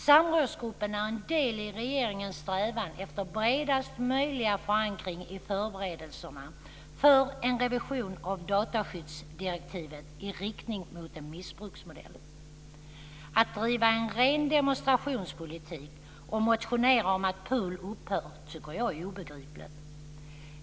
Samrådsgruppen är en del av regeringens strävan efter bredast möjliga förankring i förberedelserna för en revision av dataskyddsdirektivet i riktning mot en missbruksmodell. Att driva en ren demonstrationspolitik och motionera om ett upphävande av PUL tycker jag är obegripligt.